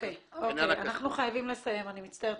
אוקיי, אנחנו חייבים לסיים, אני מצטערת.